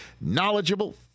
knowledgeable